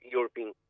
European